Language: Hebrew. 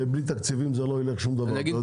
ובלי תקציבים לא ילך שום דבר אתה יודע את זה.